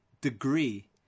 degree